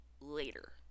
later